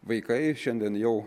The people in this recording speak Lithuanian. vaikai šiandien jau